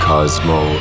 Cosmo